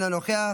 אינו נוכח,